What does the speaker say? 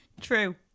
True